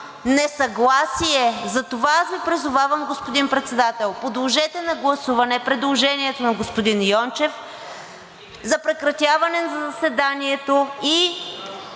несъгласие. Затова аз Ви призовавам, господин Председател, подложете на гласуване предложението на господин Йончев за прекратяване на заседанието и